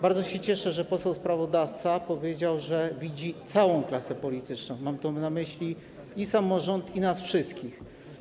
Bardzo się cieszę, że poseł sprawozdawca powiedział, że widzi całą klasę polityczną, mam tu na myśli i samorząd, i nas wszystkich.